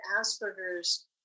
Asperger's